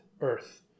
Earth